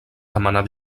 demanar